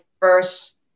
first